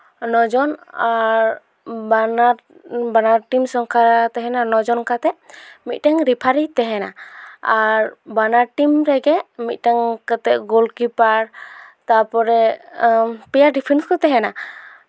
ᱱᱚᱡᱚᱱ ᱟᱨ ᱵᱟᱱᱟᱨ ᱵᱟᱱᱟᱨ ᱴᱤᱢ ᱥᱚᱝᱠᱷᱟ ᱛᱟᱦᱮᱱᱟ ᱱᱚᱡᱚᱱ ᱠᱟᱛᱮ ᱢᱤᱫᱴᱮᱱ ᱨᱮᱯᱷᱟᱨᱤ ᱛᱟᱦᱮᱱᱟ ᱟᱨ ᱵᱟᱱᱟᱨ ᱴᱤᱢ ᱨᱮᱜᱮ ᱢᱤᱫᱴᱟᱱ ᱠᱟᱛᱮᱜ ᱜᱳᱞᱠᱤᱯᱟᱨ ᱛᱟᱨᱯᱚᱨᱮ ᱯᱮᱭᱟ ᱰᱤᱯᱷᱮᱱᱥ ᱠᱚᱫᱚ ᱛᱟᱦᱮᱱᱟ